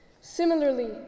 Similarly